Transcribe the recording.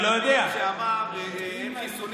אני אמרתי את זה?